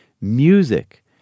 music